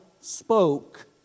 spoke